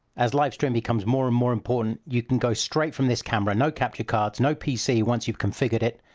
as live stream becomes more and more important, you can go straight from this camera, no capture cards, no pc once you've configured it,